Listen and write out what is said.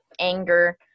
anger